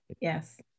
Yes